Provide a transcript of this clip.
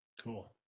Cool